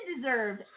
deserved